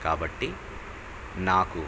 కాబట్టి నాకు